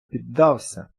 піддався